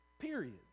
Period